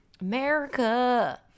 America